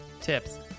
tips